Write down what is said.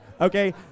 okay